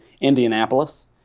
Indianapolis